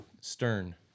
Stern